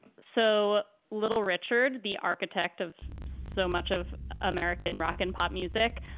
so little richard, the architect of so much of american rock and pop music,